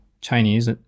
Chinese